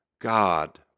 God